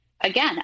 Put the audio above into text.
again